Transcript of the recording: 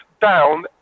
down